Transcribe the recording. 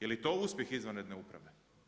Jeli to uspjeh izvanredne uprave?